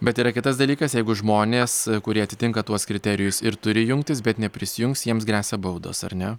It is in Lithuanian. bet yra kitas dalykas jeigu žmonės kurie atitinka tuos kriterijus ir turi jungtis bet neprisijungs jiems gresia baudos ar ne